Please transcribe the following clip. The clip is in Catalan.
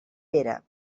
pere